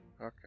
Okay